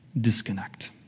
disconnect